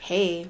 Hey